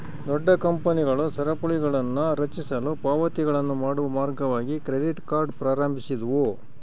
ದೊಡ್ಡ ಕಂಪನಿಗಳು ಸರಪಳಿಗಳನ್ನುರಚಿಸಲು ಪಾವತಿಗಳನ್ನು ಮಾಡುವ ಮಾರ್ಗವಾಗಿ ಕ್ರೆಡಿಟ್ ಕಾರ್ಡ್ ಪ್ರಾರಂಭಿಸಿದ್ವು